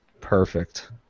Perfect